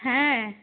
হ্যাঁ